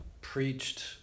preached